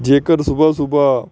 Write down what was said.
ਜੇਕਰ ਸੁਬਹਾ ਸੁਬਹਾ